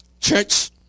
Church